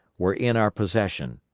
were in our possession,